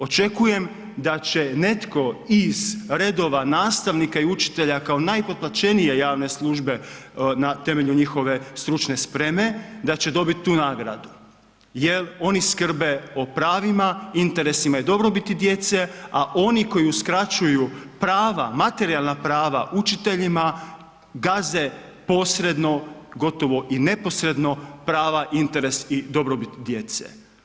Očekujem da će netko iz redova nastavnika i učitelja kao najpotplaćenije javne službe na temelju njihove stručne spreme, da će dobit tu nagradu jer oni skrbe o pravima, interesima i dobrobiti djece a oni koji uskraćuju prava, materijalna prava učiteljima, gaze posredno gotovo i neposredno, prava, interes i dobrobit djece.